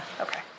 Okay